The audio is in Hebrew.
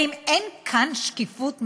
האם אין כאן שקיפות מספיקה?